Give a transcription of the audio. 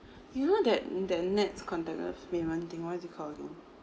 you know that that NETS contactless payment thing what's it call again